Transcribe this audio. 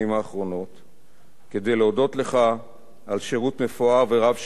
כדי להודות לך על שירות מפואר ורב-שנים למען מדינת ישראל,